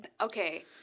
Okay